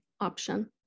option